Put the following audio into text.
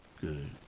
good